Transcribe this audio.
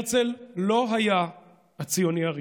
הרצל לא היה הציוני הראשון,